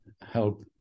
help